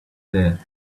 there